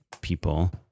people